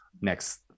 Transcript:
next